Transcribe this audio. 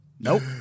Nope